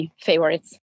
favorites